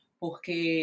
porque